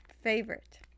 favorite